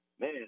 Man